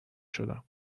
شدم